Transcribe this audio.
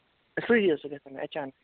سُے حظ چھُ گژھن مےٚ اَچانکٕے